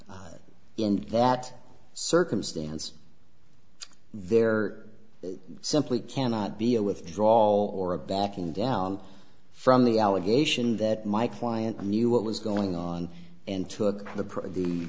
in that circumstance there simply cannot be a withdrawal or a backing down from the allegation that my client knew what was going on and took the